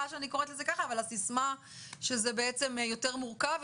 הסיסמה שזה בעצם יותר מורכב,